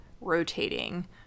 rotating